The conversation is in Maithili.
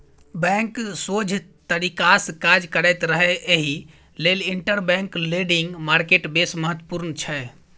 बैंक सोझ तरीकासँ काज करैत रहय एहि लेल इंटरबैंक लेंडिंग मार्केट बेस महत्वपूर्ण छै